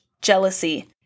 jealousy